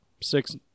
six